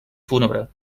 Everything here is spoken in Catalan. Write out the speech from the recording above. fúnebre